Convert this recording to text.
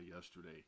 yesterday